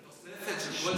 זה תוספת של כל שבוע.